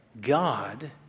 God